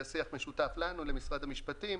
זה שיח משותף לנו ולמשרד המשפטים.